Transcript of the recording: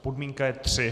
Podmínka je tři.